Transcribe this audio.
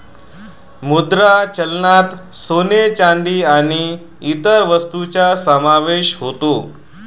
मुद्रा चलनात सोने, चांदी आणि इतर वस्तूंचा समावेश होतो